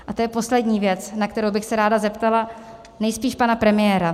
A to je poslední věc, na kterou bych se ráda zeptala, nejspíš pana premiéra.